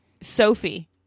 Sophie